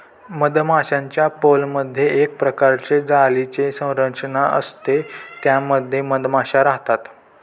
मधमाश्यांच्या पोळमधे एक प्रकारे जाळीची संरचना असते त्या मध्ये मधमाशा राहतात